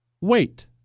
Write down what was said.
wait